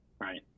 Right